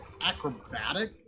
acrobatic